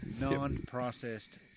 Non-processed